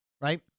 right